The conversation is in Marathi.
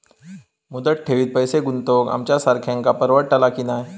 मुदत ठेवीत पैसे गुंतवक आमच्यासारख्यांका परवडतला की नाय?